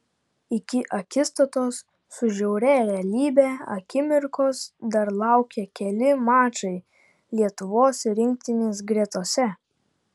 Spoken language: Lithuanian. iki akistatos su žiauria realybe akimirkos dar laukė keli mačai lietuvos rinktinės gretose